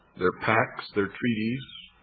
their pacts, their treaties,